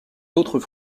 d’autres